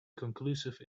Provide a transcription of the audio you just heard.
conclusive